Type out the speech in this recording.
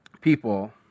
people